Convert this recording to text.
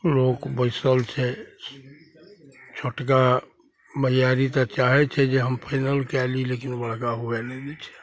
लोक बैसल छै छोटका भैयारी तऽ चाहय छै जे हम फाइनल कए ली लेकिन बड़का हुअए नहि दै छै